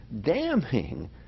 damning